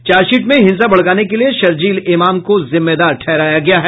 chargesheet में हिंसा भड़काने के लिए शरजील इमाम को जिम्मेदार ठहराया गया है